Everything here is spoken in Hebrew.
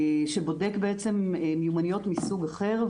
שבודק בעצם מיומנויות מסוג אחר,